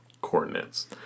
coordinates